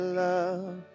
love